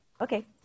Okay